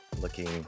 looking